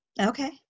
okay